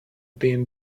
been